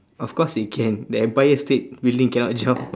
of course he can the empire state building cannot jump